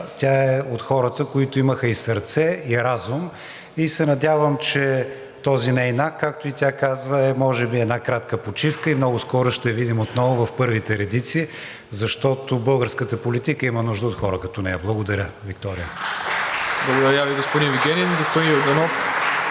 тя е от хората, които имаха и сърце, и разум. И се надявам, че този неин акт, както и тя каза, е може би една кратка почивка и много скоро ще я видим отново в първите редици, защото българската политика има нужда от хора като нея. Благодаря, Виктория! (Ръкопляскания от „БСП за